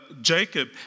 Jacob